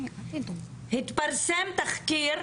התפרסם תחקיר,